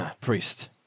priest